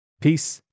Peace